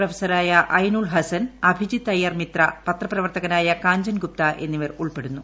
പ്രൊഫസറായ ഐനുൾ ഹസൻ അഭിജിത് അയ്യർ മിത്ര പത്രപ്രവർത്തകനായ കാഞ്ചൻ ഗുപ്ത എന്നിവരുൾപ്പെടുന്നു